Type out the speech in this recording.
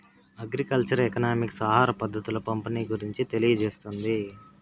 agriculture economics ఆహార ఉత్పత్తుల పంపిణీ గురించి తెలియజేస్తుంది